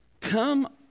Come